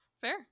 Fair